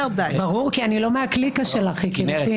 ברור, כי אני לא מהקליקה שלך, יקירתי.